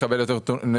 לקבל יותר נתונים,